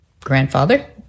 grandfather